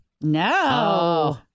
No